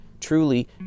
Truly